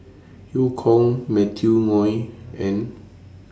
EU Kong Matthew Ngui and